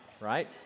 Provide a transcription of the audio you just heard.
right